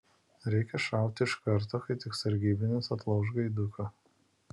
reikia šauti iš karto kai tik sargybinis atlauš gaiduką